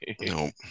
Nope